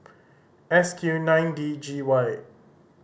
S Q nine D G Y